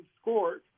scored